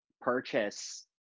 purchase